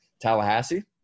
Tallahassee